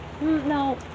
no